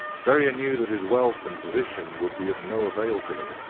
ferrier knew that his wealth and position would be of no avail to him.